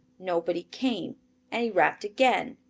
nobody came and he rapped again,